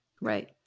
Right